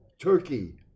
Turkey